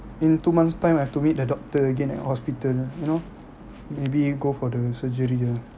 in two months' time I have to meet the doctor again at hospital you know maybe go for the surgery ah